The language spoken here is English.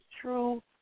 true